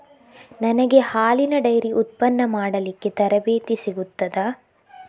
ನನಗೆ ಹಾಲಿನ ಡೈರಿ ಉತ್ಪನ್ನ ಮಾಡಲಿಕ್ಕೆ ತರಬೇತಿ ಸಿಗುತ್ತದಾ?